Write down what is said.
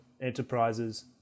Enterprises